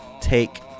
take